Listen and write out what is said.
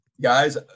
guys